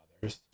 others